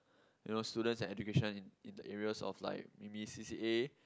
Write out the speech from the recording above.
you know students and education in in the areas of like maybe C_C_A